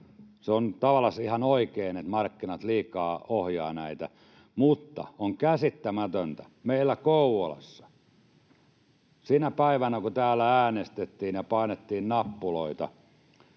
Se on tavallansa ihan totta, että markkinat liikaa ohjaa näitä, mutta on käsittämätöntä, että meillä Kouvolassa, sinä päivänä, kun täällä äänestettiin ja painettiin nappuloita